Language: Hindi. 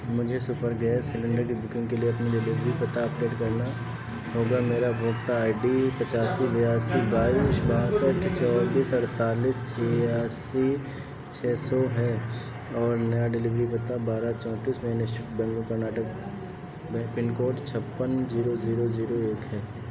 मुझे सुपर गैस सिलेंडर की बुकिंग के लिए अपना डिलीवरी पता अपडेट करना होगा मेरा उपभोक्ता आई डी पचासी बियासी बाईस बासठ चौबीस अड़तालीस छियासी छः सौ है और नया डिलीवरी पता बारह चौंतीस main street Bangalore Karnataka pincode छप्पन जीरो जीरो जीरो एक है